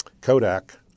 Kodak